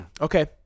Okay